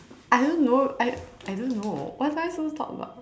I don't know I I don't know what am I supposed to talk about